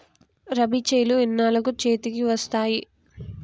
రబీ చేలు ఎన్నాళ్ళకు చేతికి వస్తాయి?